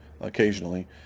occasionally